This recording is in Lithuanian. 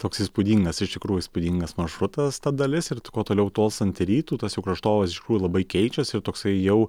toks įspūdingas iš tikrųjų įspūdingas maršrutas ta dalis ir kuo toliau tolstant į rytų tas jau kraštovaizdis iš tikrųjų labai keičias ir toksai jau